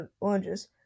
oranges